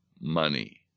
money